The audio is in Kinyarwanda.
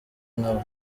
nka